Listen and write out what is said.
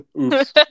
Oops